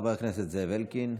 חבר הכנסת זאב אלקין,